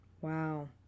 Wow